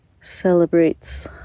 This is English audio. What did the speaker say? celebrates